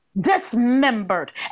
Dismembered